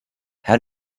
how